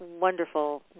wonderful